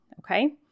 Okay